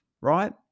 right